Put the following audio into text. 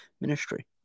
ministry